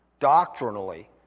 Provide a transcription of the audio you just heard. doctrinally